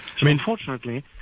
Unfortunately